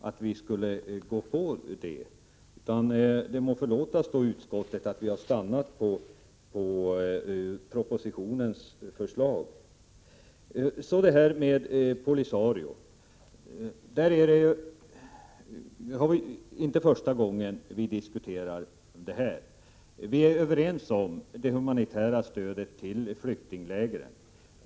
Det må förlåtas utskottet att vi har stannat vid propositionens förslag. Det är inte första gången vi diskuterar Polisario. Vi är överens om det humanitära stödet till flyktinglägren.